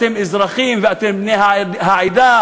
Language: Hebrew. אתם אזרחים ואתם בני העדה,